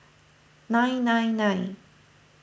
nine nine nine